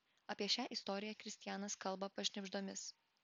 apie šią istoriją kristianas kalba pašnibždomis